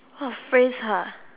!wah! phrase ha